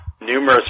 numerous